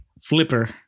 Flipper